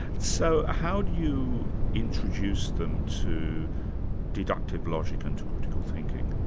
so, how do you introduce them to deductive logic and to critical thinking?